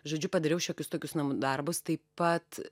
žodžiu padariau šiokius tokius namų darbus taip pat